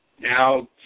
Now